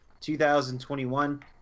2021